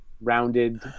rounded